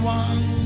one